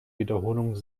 wiederholung